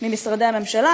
ממשרדי הממשלה,